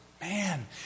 Man